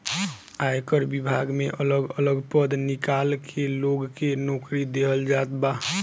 आयकर विभाग में अलग अलग पद निकाल के लोग के नोकरी देहल जात बा